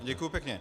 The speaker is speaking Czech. Děkuji pěkně.